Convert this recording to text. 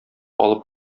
алып